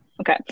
Okay